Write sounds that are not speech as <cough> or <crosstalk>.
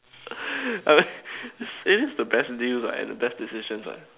<breath> this is the best deal lah and the best decisions what